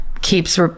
keeps